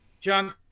John